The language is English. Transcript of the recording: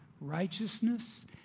righteousness